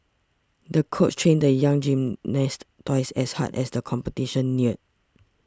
the coach trained the young gymnast twice as hard as the competition neared